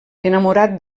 enamorat